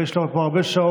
ויש לו פה עוד הרבה שעות,